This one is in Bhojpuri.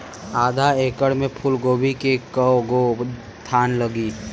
आधा एकड़ में फूलगोभी के कव गो थान लागी?